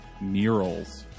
Murals